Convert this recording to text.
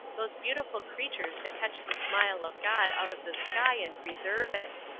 those beautiful creatures that catch the smile of god out of the sky and preserve it!